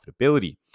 profitability